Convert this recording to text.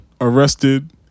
arrested